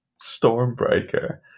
Stormbreaker